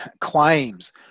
claims